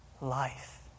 life